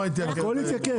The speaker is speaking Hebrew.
הכול יתייקר.